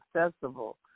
accessible